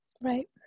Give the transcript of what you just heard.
Right